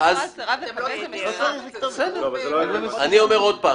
אני אומר לכם